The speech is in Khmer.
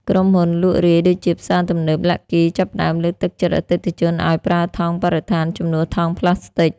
ក្រុមហ៊ុន លក់រាយ ដូចជាផ្សារទំនើប ឡាក់គី (Lucky) ចាប់ផ្ដើមលើកទឹកចិត្តអតិថិជនឱ្យប្រើថង់បរិស្ថានជំនួសថង់ប្លាស្ទិក។